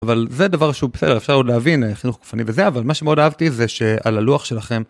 אבל, זה דבר שהוא בסדר אפשר עוד להבין א...חינוך גופני וזה, אבל מה שמאוד אהבתי זה ש...על הלוח שלכם,